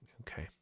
Okay